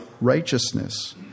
righteousness